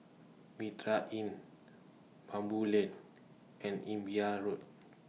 Mitraa Inn Baboo Lane and Imbiah Road